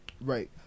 Right